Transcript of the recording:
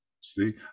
See